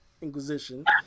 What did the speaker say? Inquisition